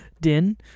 Din